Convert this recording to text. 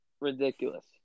ridiculous